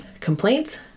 complaints